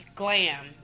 glam